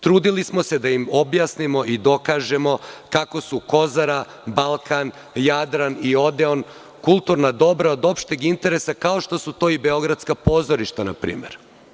Trudili smo se da im objasnimo i dokažemo kako su „Kozara“, „Balkan“, „Jadran“ i „Odeon“ kulturna dobra od opšteg interesa, kao što su to i beogradska pozorišta, na primer.